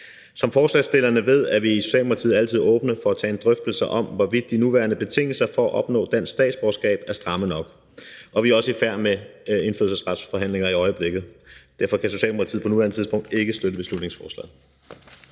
Som forslagsstillerne ved, er vi i Socialdemokratiet altid åbne for at tage en drøftelse om, hvorvidt de nuværende betingelser for at opnå dansk statsborgerskab er stramme nok, og vi er også i færd med indfødsretsforhandlinger i øjeblikket. Derfor kan Socialdemokratiet på nuværende tidspunkt ikke støtte beslutningsforslaget.